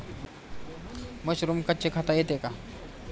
Mushroom कच्चे खाता येते का?